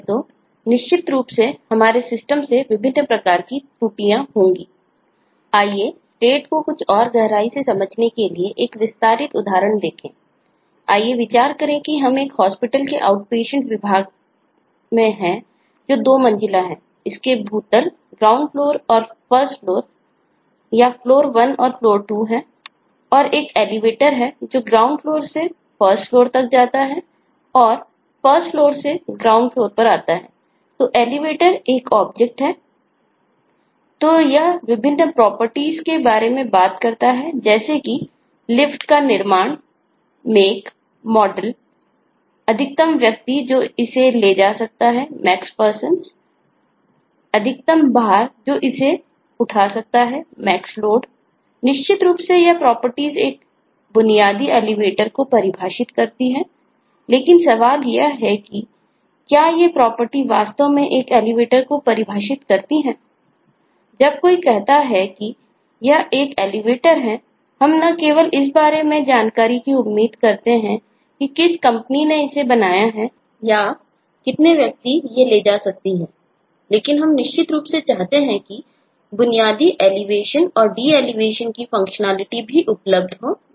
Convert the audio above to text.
तो यह विभिन्न प्रॉपर्टीज भी उपलब्ध हो जैसे इसे ऊपर और नीचे जाना है